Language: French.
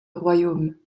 royaumes